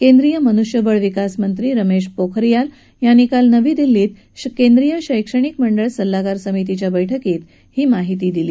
केंद्रीय मनुष्यबळ विकासमंत्री रमेश पोखरीयाल यांनी काल नवी दिल्लीमधे केंद्रीय शैक्षणिक मंडळ सल्लागार समितीच्या बैठकीत ही माहिती दिली